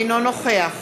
אינו נוכח